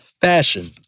fashion